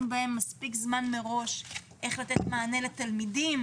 בהם מספיק זמן מראש ונדע לתת מענה לתלמידים,